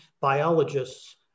biologists